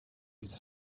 his